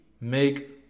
make